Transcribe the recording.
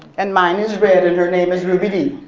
and mine is red and her name is ruby dee.